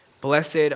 blessed